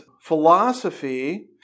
philosophy